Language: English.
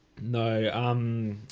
No